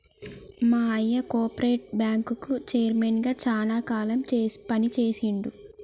మా అయ్య కోపరేటివ్ బ్యాంకుకి చైర్మన్ గా శానా కాలం పని చేశిండు